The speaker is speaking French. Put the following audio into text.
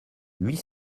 huit